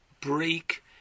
break